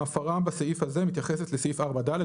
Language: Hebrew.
ההפרה בסעיף הזה מתייחסת לסעיף 4ד,